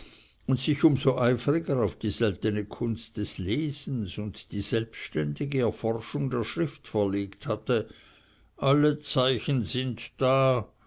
und sich um so eifriger auf die seltene kunst des lesens und die selbständige erforschung der schrift verlegt hatte alle zeichen sind da